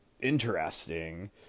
Interesting